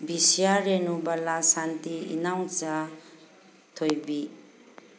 ꯕꯤꯁꯤꯌꯥ ꯔꯦꯅꯨꯕꯂꯥ ꯁꯥꯟꯇꯤ ꯏꯅꯥꯎꯆꯥ ꯊꯣꯏꯕꯤ